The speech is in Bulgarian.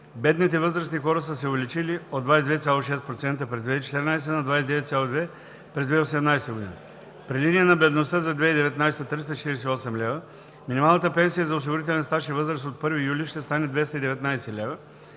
Бедните възрастни хора са се увеличили от 22,6% през 2014 г. на 29,2% през 2018 г. При линия на бедността за 2019 г. 348 лв., минималната пенсия за осигурителен стаж и възраст от 1 юли ще стане 219 лв.,